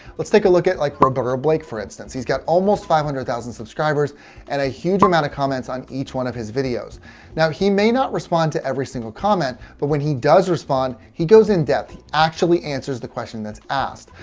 let's take a look at like roberto blake for instance. he's got almost five hundred thousand subscribers and a huge amount of comments on each one of his videos now, he may not respond to every single comment. but when he does respond, he goes in-depth. he actually answers the question that's asked.